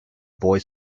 boy